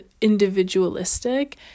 individualistic